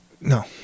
no